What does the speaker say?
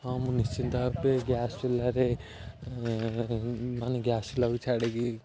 ହଁ ମୁଁ ନିଶ୍ଚିନ୍ତ ଭାବେ ଗ୍ୟାସ୍ ଚୂଲାରେ ମାନେ ଗ୍ୟାସ୍ ଚୂଲାକୁ ଛାଡ଼ିକି